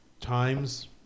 times